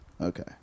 Okay